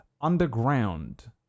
Underground